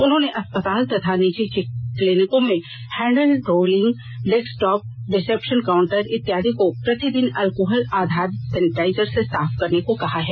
उन्होने अस्पताल तथा निजी क्लीनिको में handle railing desktop reception counter इत्यादि को प्रतिदिन अल्कोहल आधारित सेनिटाइजर से साफ करने को कहा है